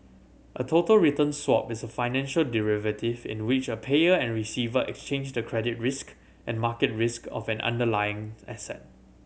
a total return swap is a financial derivative in which a payer and receiver exchange the credit risk and market risk of an underlying asset